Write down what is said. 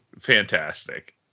fantastic